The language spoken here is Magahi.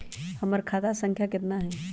हमर खाता संख्या केतना हई?